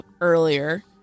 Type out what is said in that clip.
earlier